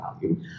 value